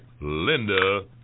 Linda